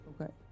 Okay